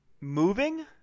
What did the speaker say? Moving